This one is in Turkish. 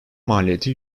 maliyeti